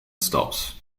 stops